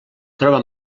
troba